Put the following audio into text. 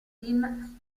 tim